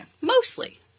Mostly